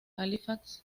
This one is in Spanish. halifax